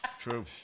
true